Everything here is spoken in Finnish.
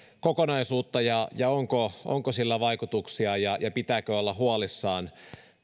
kokonaisuutta ja sitä onko sillä vaikutuksia ja ja pitääkö olla huolissaan